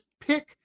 pick